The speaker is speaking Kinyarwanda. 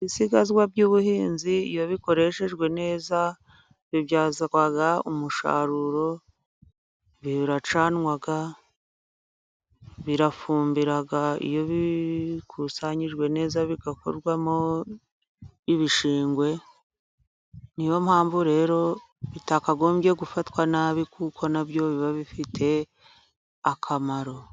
Ibisigazwa by'ubuhinzi iyo bikoreshejwe neza bibyazwa umusaruro, biracanwa, birafumbira, iyo bikusanijwe neza bigakorwamo ibishingwe. Ni iyo mpamvu rero bitakagombye gufatwa nabi kuko na byo biba bifite akamaro.